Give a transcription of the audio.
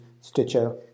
Stitcher